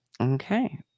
Okay